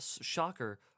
shocker